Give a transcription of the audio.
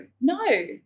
No